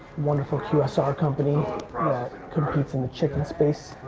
wonderful qsr company competes in the chicken space.